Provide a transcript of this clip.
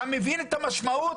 אתה מבין את המשמעות?